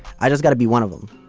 i just got to be one of them.